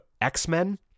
X-Men